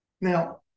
Now